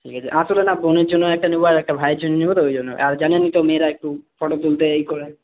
ঠিক আছে আসলে না বোনের জন্য একটা নেব আর একটা ভাইয়ের জন্য নেব তো ওই জন্য আর জানেনই তো মেয়েরা একটু ফটো তুলতে ইয়ে করে